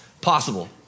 possible